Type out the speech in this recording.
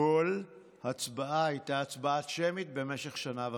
כל הצבעה, הייתה הצבעה שמית במשך שנה וחצי.